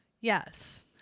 Yes